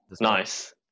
Nice